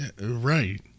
right